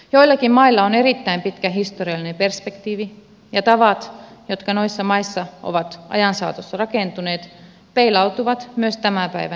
joillakin mailla on erittäin pitkä historiallinen perspektiivi ja tavat jotka noissa maissa ovat ajan saatossa rakentuneet peilautuvat myös tämän päivän yhteiskunnassa